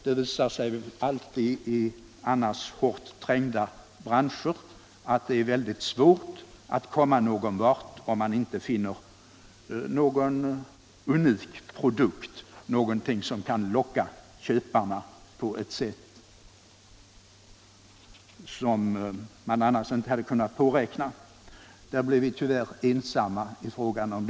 Det visar sig alltid annars i hårt trängda branscher svårt att komma någonvart om man inte finner någon unik produkt som kan locka köparna på ett sätt som annars inte hade kunnat påräknas. På denna punkt blev vi tyvärr ensamma.